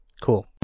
Cool